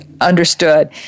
Understood